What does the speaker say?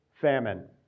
famine